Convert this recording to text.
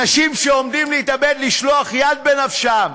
אנשים שעומדים להתאבד, לשלוח יד בנפשם,